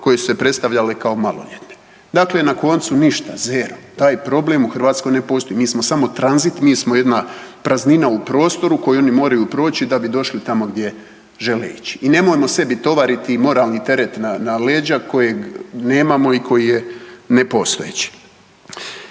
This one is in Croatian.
koje su se predstavljale kao maloljetne. Dakle, na koncu ništa, zero. Taj problem u Hrvatskoj ne postoji. Mi smo samo tranzit, mi smo jedna praznina u prostoru koju oni moraju proći da bi došli tamo gdje žele ići. I nemojmo sebi tovariti moralni teret na leđa kojeg nemamo i koji je nepostojeći.